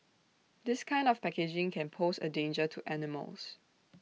this kind of packaging can pose A danger to animals